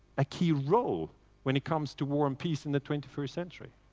a key role when it comes to war and peace in the twenty first century.